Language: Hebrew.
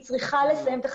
היא צריכה לסיים את החציבה.